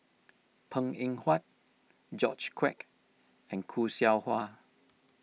Png Eng Huat George Quek and Khoo Seow Hwa